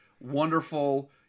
wonderful